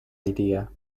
idea